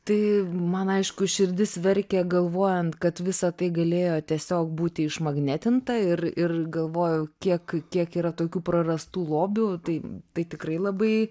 tai man aišku širdis verkia galvojant kad visa tai galėjo tiesiog būti išmagnetinta ir ir galvojau kiek kiek yra tokių prarastų lobių tai tai tikrai labai